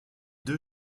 deux